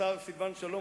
השר סילבן שלום,